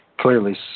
clearly